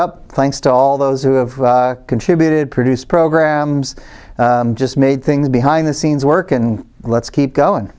up thanks to all those who have contributed produce programs just made things behind the scenes work and let's keep going